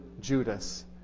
Judas